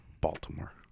Baltimore